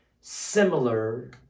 similar